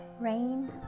Rain